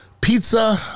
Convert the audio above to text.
pizza